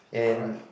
you're right